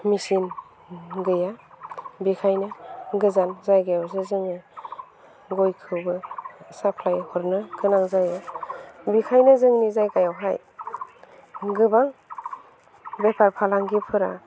machine गैया बेनिखायनो गोजान जायगायावसो जोङो गयखौबो साप्लाय हरनो गोनां जायो बेनिखायनो जोंनि जायगायावहाय गोबां बेफार फालांगिफोरा